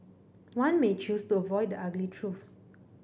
one may choose to avoid the ugly truths